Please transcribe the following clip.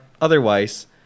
otherwise